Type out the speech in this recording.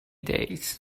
days